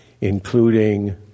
including